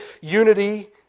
unity